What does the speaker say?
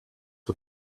for